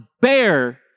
bear